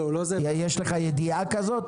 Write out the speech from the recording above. יש לך ידיעה כזאת?